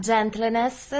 Gentleness